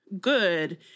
good